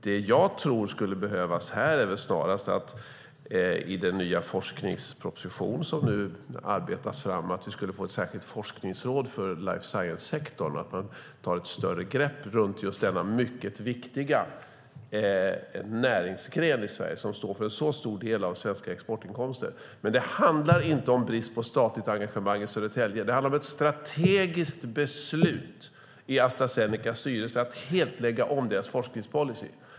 Vad jag tror skulle behövas är snarast att vi i den nya forskningsproposition som arbetas fram får ett nytt forskningsråd för life science-sektorn och att man tar ett större grepp om denna mycket viktiga näringsgren som står för en så stor del av svenska exportinkomster. Det handlar inte om brist på statligt engagemang i Södertälje. Det handlar om ett strategiskt beslut i Astra Zenecas styrelse att helt lägga om forskningspolicyn.